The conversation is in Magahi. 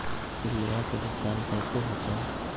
बीमा के भुगतान कैसे होतइ?